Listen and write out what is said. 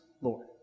Lord